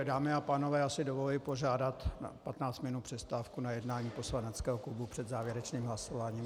Dámy a pánové, já si dovoluji požádat o 15minutovou přestávku na jednání poslaneckého klubu před závěrečným hlasováním.